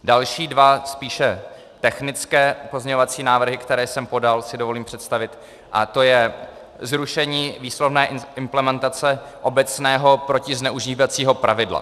Další dva spíše technické pozměňovací návrhy, které jsem podal, si dovolím představit, a to je zrušení výslovné implementace obecného protizneužívacího pravidla.